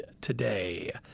today